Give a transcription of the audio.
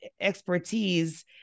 expertise